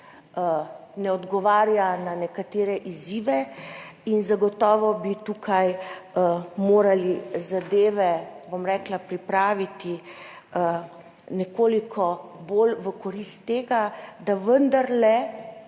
ne odgovarja na nekatere izzive. Zagotovo bi tukaj morali zadeve pripraviti nekoliko bolj v korist tega, da vendarle